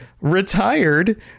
retired